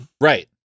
Right